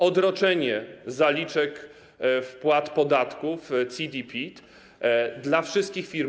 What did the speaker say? Odroczenie zaliczek wpłat podatków CIT i PIT dla wszystkich firm.